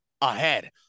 ahead